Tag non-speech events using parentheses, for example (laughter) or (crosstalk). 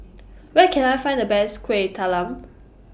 (noise) Where Can I Find The Best Kueh Talam